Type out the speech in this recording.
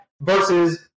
versus